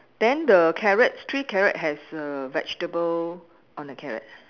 then the carrots three carrot has err vegetable on the carrot